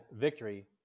victory